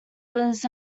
was